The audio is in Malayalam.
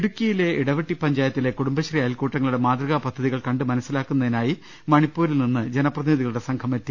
ഇടുക്കിയിലെ ഇടവെട്ടി പ്രഞ്ചായത്തിലെ കുടുംബശ്രീ അയൽക്കൂട്ടങ്ങളുടെ മാതൃകാപദ്ധതികൾ കണ്ടു മനസ്സിലാക്കുന്നതിനായി മണിപ്പൂരിൽ നിന്നും ജനപ്രതിനിധികളുടെ സംഘമെത്തി